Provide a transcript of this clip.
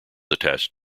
attached